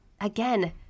Again